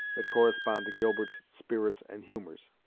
that correspond to gilbert's spirits and humours.